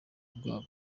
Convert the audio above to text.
bwabo